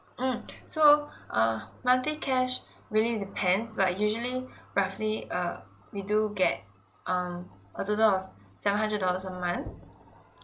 mm so uh monthly cash really depends but usually roughly uh we do get um I don't know seven hundred dollars a month